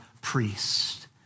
priest